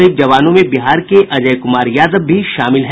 शहीद जवानों में बिहार के अजय कुमार यादव भी शामिल हैं